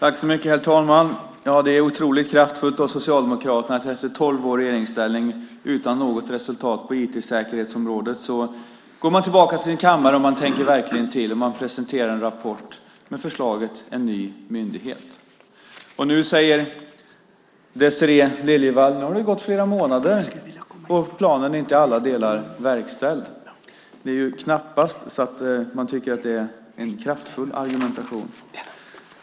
Herr talman! Det är otroligt kraftfullt av Socialdemokraterna att efter tolv år i regeringsställning utan något resultat på IT-säkerhetsområdet komma tillbaka till sin kammare och verkligen tänka till varefter man presenterar en rapport med förslaget om en ny myndighet. Nu säger Désirée Liljevall att det har gått flera månader och planen är inte i alla delar verkställd. Man kan knappast tycka att det är en kraftfull argumentation.